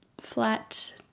flat